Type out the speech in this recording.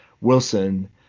Wilson